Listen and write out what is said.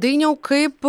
dainiau kaip